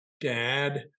dad